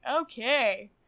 okay